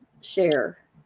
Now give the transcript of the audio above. share